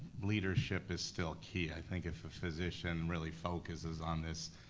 leadership is still key. i think if a physician really focuses on this,